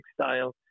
style